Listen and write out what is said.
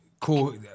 Cool